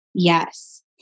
Yes